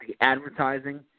advertising